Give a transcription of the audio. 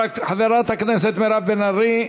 חברת הכנסת מירב בן ארי,